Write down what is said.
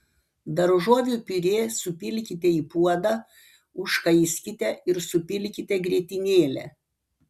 daržovių piurė supilkite į puodą užkaiskite ir supilkite grietinėlę